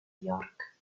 york